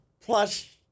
plus